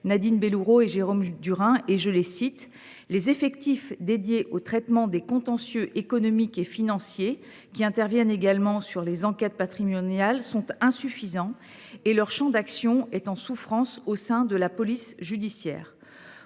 en matière économique et financière. Les effectifs consacrés au traitement des contentieux économiques et financiers, qui interviennent également sur les enquêtes patrimoniales, sont insuffisants et leur champ d’action est en souffrance au sein de la police judiciaire :